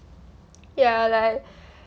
ya like